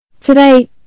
Today